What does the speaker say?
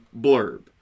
blurb